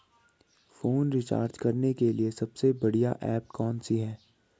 Phone recharge करने के लिए सबसे बढ़िया ऐप कौन सी है?